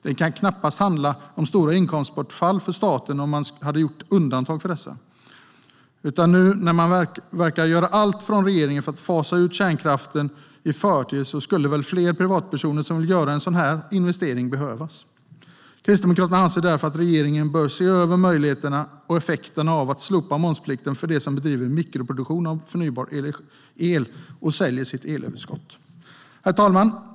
Det kan knappast handla om stora inkomstbortfall för staten om man hade gjort undantag för dessa. Nu när regeringen verkar göra allt för att fasa ut kärnkraften i förtid skulle väl fler privatpersoner som vill göra en sådan här investering behövas. Kristdemokraterna anser därför att regeringen bör se över möjligheterna till och effekterna av att slopa momsplikten för dem som bedriver mikroproduktion av förnybar el och säljer sitt elöverskott. Herr talman!